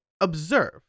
observe